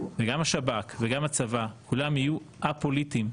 גם השב"כ וגם הצבא כולם יהיו א-פוליטיים,